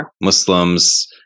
Muslims